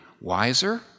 wiser